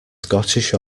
scottish